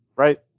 right